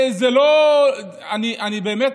אני באמת